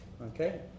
okay